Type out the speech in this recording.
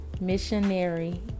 missionary